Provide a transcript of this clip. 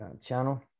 channel